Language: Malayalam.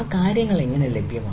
കാര്യങ്ങൾ എങ്ങനെ ലഭ്യമാകും